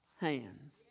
hands